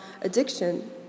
addiction